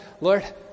Lord